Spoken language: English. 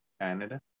Canada